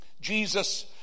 Jesus